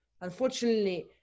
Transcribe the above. Unfortunately